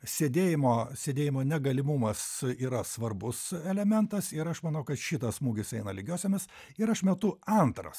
sėdėjimo sėdėjimo negalimumas yra svarbus elementas ir aš manau kad šitas smūgis eina lygiosiomis ir aš metu antrą